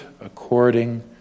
according